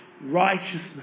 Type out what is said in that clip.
Righteousness